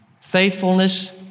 faithfulness